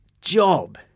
job